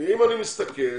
אם אני מסתכל,